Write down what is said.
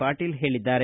ಪಾಟೀಲ ಹೇಳಿದ್ದಾರೆ